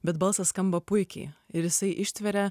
bet balsas skamba puikiai ir jisai ištveria